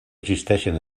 existeixen